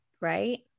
Right